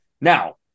Now